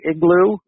Igloo